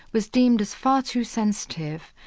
was deemed as far too sensitive,